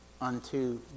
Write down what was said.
unto